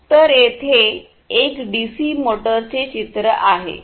तर येथे एक डीसी मोटरचे चित्र आहे